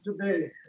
today